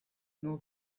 nor